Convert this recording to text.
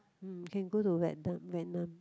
hmm can go to Vietnam Vietnam